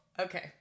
Okay